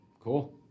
cool